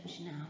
now